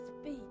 speak